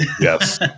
Yes